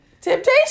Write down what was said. Temptation